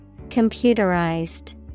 Computerized